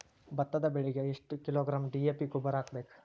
ಭತ್ತದ ಬೆಳಿಗೆ ಎಷ್ಟ ಕಿಲೋಗ್ರಾಂ ಡಿ.ಎ.ಪಿ ಗೊಬ್ಬರ ಹಾಕ್ಬೇಕ?